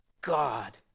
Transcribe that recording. God